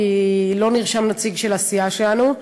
לא נרשם נציג של הסיעה שלנו,